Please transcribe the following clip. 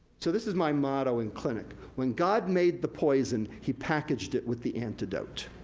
so, this is my motto in clinic. when god made the poison, he packaged it with the antidote.